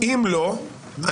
אם לא,